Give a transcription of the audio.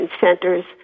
centers